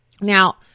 Now